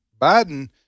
Biden